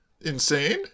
Insane